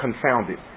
confounded